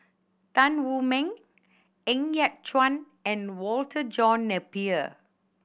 Tan Wu Meng Ng Yat Chuan and Walter John Napier